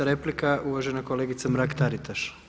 11. replika uvažena kolegica Mrak TAritaš.